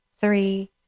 three